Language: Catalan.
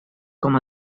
com